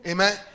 Amen